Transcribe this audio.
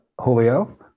Julio